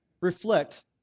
reflect